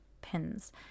pins